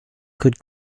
could